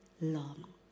long